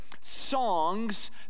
songs